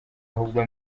ahubwo